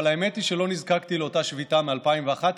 אבל האמת היא שלא נזקקתי לאותה שביתה מ-2011,